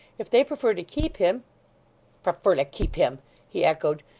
if they prefer to keep him prefer to keep him he echoed.